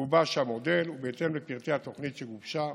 גובש המודל, ובהתאם לפרטי התוכנית שגובשה